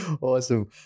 awesome